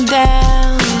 down